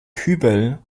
kübel